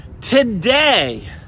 Today